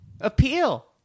appeal